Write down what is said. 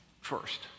First